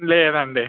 లేదు అండి